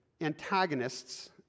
antagonists